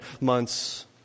months